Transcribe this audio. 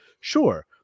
Sure